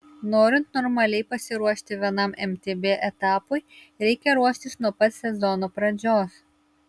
norint normaliai pasiruošti vienam mtb etapui reikia ruoštis nuo pat sezono pradžios